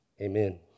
amen